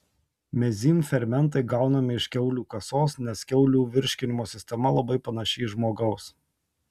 mezym fermentai gaunami iš kiaulių kasos nes kiaulių virškinimo sistema labai panaši į žmogaus